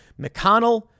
McConnell